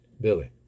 Billy